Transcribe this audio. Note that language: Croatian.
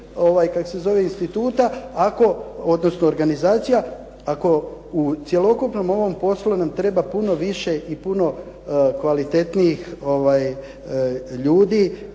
samo sa 5 instituta, ako odnosno organizacija, ako u cjelokupnom ovom poslu nam treba puno više i puno kvalitetnijih ljudi